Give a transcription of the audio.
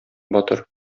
батыр